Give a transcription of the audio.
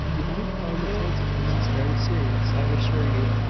you might find the consequences very serious, i assure you.